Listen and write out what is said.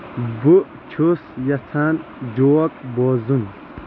بہٕ چُھس یژھان جوک بوزُن